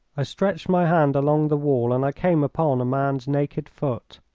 i stretched my hand along the wall and i came upon a man's naked foot.